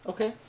Okay